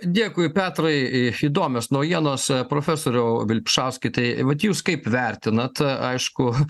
dėkui petrai į įdomios naujienos profesoriau vilpišauskai tai vat jūs kaip vertinat aišku